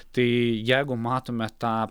tai jeigu matome tą